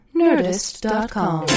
nerdist.com